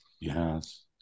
yes